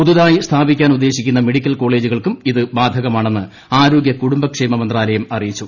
പുതുതായി സ്ഥാപിക്കാൻ ഉദ്ദേശിക്കുന്ന മെഡിക്കൽ കോളേജുകൾക്കും ഇത് ബാധകമാണെന്ന് ആരോഗൃ കുടുംബക്ഷേമ മന്ത്രാലയം അറിയിച്ചു